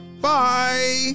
Bye